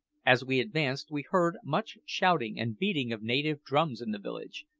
as we advanced we heard much shouting and beating of native drums in the village,